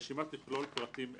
הרשימה תכלול פרטים אלה: